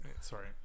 Sorry